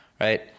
right